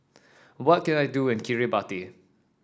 what can I do in Kiribati